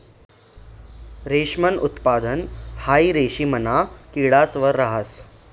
रेशमनं उत्पादन हाई रेशिमना किडास वर रहास